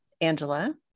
Angela